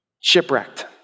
shipwrecked